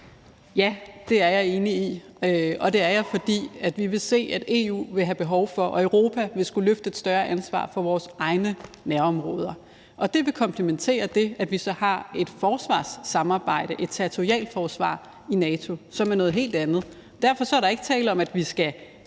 Ja, det er jeg enig i, og det er jeg, fordi vi vil se, at EU og Europa vil have behov for at skulle løfte et større ansvar for vores egne nærområder. Det vil komplimentere det, at vi så har et forsvarssamarbejde, et territorialforsvar, i NATO, som er noget helt andet. Derfor er der ikke tale om, at vi skal